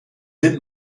sind